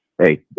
Hey